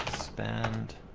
spend